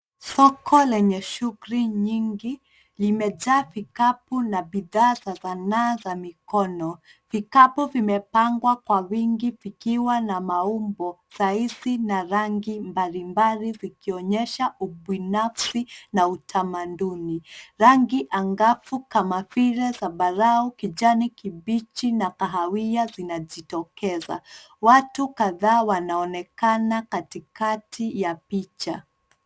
Soko lenye shughuli nyingi limejaa vikapu na bidhaa za sanaa za mikono. Vikapu vimepangwa kwa wingi vikiwa na maumbo, saizi na rangi mbalimbali zikionyesha ubinafsi na utamaduni. Rangi angavu kama vile zambarau, kijani kibichi na kahawia zinajitokeza. Watu kadhaa wanaonekana katikati ya picha.